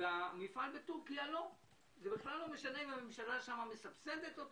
זה בכלל לא משנה אם הממשלה בטורקיה מסבסדת את